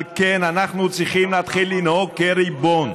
על כן, אנחנו צריכים להתחיל לנהוג כריבון.